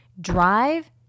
Drive